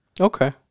Okay